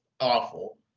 awful